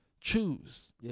choose